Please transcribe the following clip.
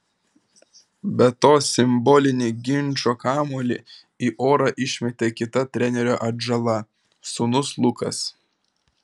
be to simbolinį ginčo kamuolį į orą išmetė kita trenerio atžala sūnus lukas